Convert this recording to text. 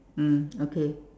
mm okay